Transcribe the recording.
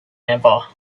ever